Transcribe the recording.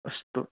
अस्तु